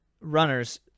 runners